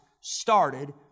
started